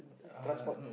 transport